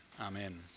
Amen